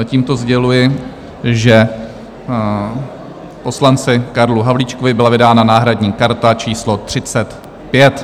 Tímto sděluji, že poslanci Karlu Havlíčkovi byla vydána náhradní karta číslo 35.